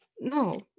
No